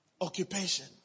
occupation